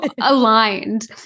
aligned